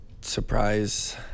surprise